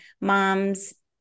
moms